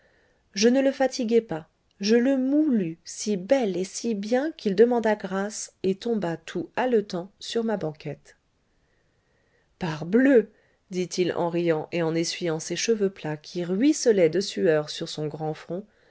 je ne le fatiguai pas je le moulus si bel et si bien qu'il demanda grâce et tomba tout haletant sur ma banquette parbleu dit-il en riant et en essuyant ses cheveux plats qui ruisselaient de sueur sur son grand front